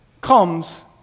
comes